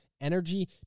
energy